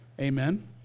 Amen